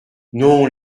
non